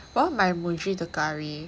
我要买 Muji 的 curry